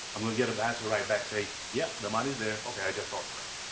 i'm gonna get an answer right back, saying, yep. the money's there. ok. i just authorized